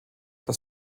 das